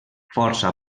força